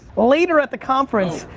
later at the conference,